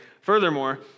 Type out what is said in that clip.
Furthermore